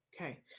Okay